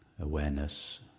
Awareness